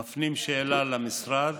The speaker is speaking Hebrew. מפנים שאלה למשרד,